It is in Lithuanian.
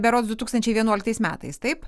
berods du tūkstančiai vienuoliktais metais taip